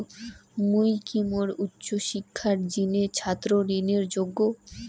মুই কি মোর উচ্চ শিক্ষার জিনে ছাত্র ঋণের যোগ্য?